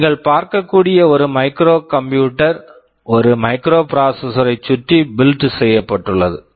நீங்கள் பார்க்கக்கூடிய ஒரு மைக்ரோ கம்ப்யூட்டர் micro computerஒரு மைக்ரோபிராசஸர்ஸ் microprocessor யைச் சுற்றி பில்ட் built செய்யப்பட்டுள்ளது